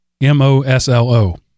M-O-S-L-O